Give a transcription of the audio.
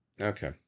Okay